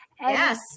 Yes